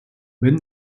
wenn